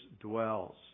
dwells